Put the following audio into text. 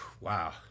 wow